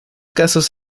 casos